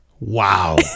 Wow